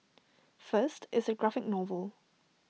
first it's A graphic novel